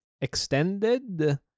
extended